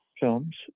films